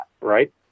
Right